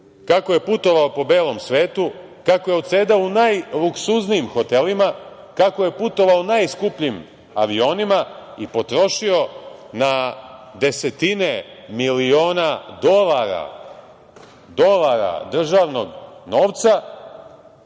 kako je putovao po belom svetu, kako je odsedao u najluksuznijim hotelima, kako je putovao najskupljim avionima i potrošio na desetine miliona dolara državnog novca,